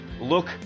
look